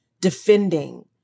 defending